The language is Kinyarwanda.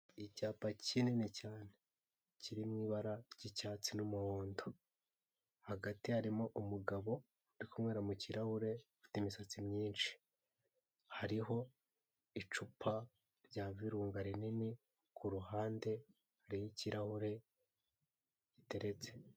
Icyapa kinini cyane kiri mu ibara ry'icyatsi n'umuhondo hagati harimo umugabo uri kunkwera mukirahure ufite imisatsi myinshi, hariho icupa rya virunga rinini kuruhande hariho ikirahure giteretse.